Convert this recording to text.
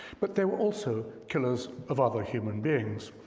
but they were also killers of other human beings.